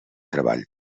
treball